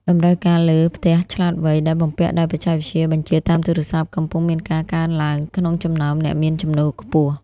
តម្រូវការលើ "ផ្ទះឆ្លាតវៃ" ដែលបំពាក់ដោយបច្ចេកវិទ្យាបញ្ជាតាមទូរស័ព្ទ កំពុងមានការកើនឡើងក្នុងចំណោមអ្នកមានចំណូលខ្ពស់។